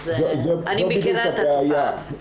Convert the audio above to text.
אז אני מכירה את התופעה.